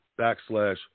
backslash